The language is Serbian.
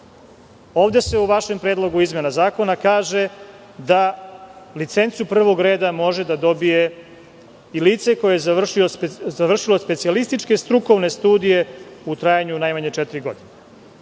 se u vašem predlogu izmena zakona kaže da licencu prvog reda može da dobije i lice koje završilo specijalističke strukovne studije u trajanju najmanje četiri